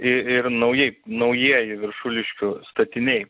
ir nauji naujieji viršuliškių statiniai